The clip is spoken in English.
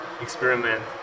experiment